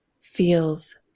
feels